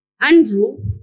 Andrew